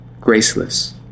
graceless